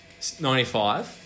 95